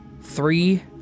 Three